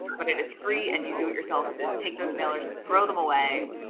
but it is free and you do it yourself. so take those mailers and throw them away.